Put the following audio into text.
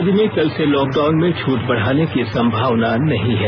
राज्य में कल से लॉकडाउन में छूट बढ़ाने की संभावना नहीं है